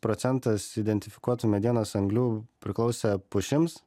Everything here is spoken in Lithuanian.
procentas identifikuotų medienos anglių priklausė pušims